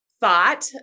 thought